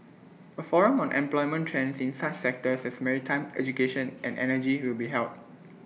A forum on employment trends in such sectors as maritime education and energy will be held